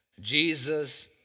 Jesus